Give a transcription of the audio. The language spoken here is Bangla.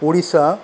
ওড়িশা